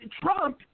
Trump